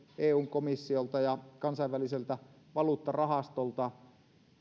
eun komissiolta ja kansainväliseltä valuuttarahastolta